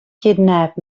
kidnap